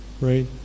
right